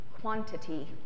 quantity